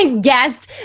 guest